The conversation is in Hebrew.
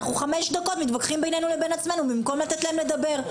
אנחנו חמש דקות מתווכחים בינינו לבין עצמנו במקום לתת להם לדבר.